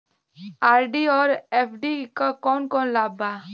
RD और FD क कौन कौन लाभ बा?